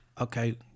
Okay